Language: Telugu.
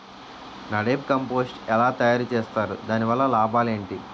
నదెప్ కంపోస్టు ఎలా తయారు చేస్తారు? దాని వల్ల లాభాలు ఏంటి?